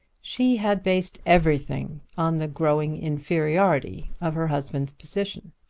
she had based everything on the growing inferiority of her husband's position,